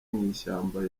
mw’ishyamba